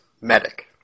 medic